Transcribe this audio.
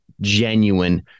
genuine